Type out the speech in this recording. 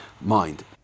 mind